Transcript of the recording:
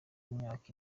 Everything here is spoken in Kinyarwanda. imyaka